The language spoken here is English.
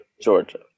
Georgia